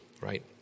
right